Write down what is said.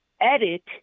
edit